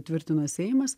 tvirtina seimas